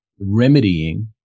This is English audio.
remedying